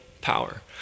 power